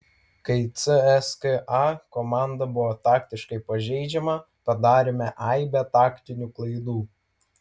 kai cska komanda buvo taktiškai pažeidžiama padarėme aibę taktinių klaidų